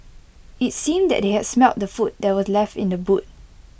IT seemed that they had smelt the food that were left in the boot